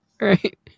Right